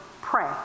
Pray